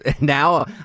Now